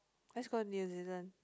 let's go New-Zealand